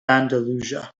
andalusia